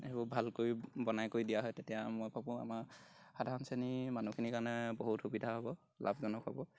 সেইবোৰ ভালকৈ বনাই কৰি দিয়া হয় তেতিয়া মই ভাবোঁ আমাৰ সাধাৰণ শ্ৰেণীৰ মানুহখিনিৰ কাৰণে বহুত সুবিধা হ'ব লাভজনক হ'ব